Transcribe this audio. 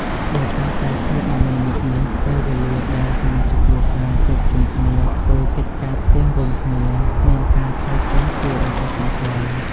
ដោយសារតែភាពមមាញឹកនេះ ពេលវេលាដែលសមាជិកគ្រួសារជួបជុំគ្នាធ្វើកិច្ចការផ្ទះរួមគ្នាមានការថយចុះគួរឲ្យកត់សម្គាល់។